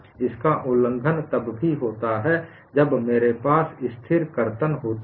इसका उल्लंघन तब भी होता है जब मेरे पास स्थिर कर्तन होती है